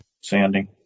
sanding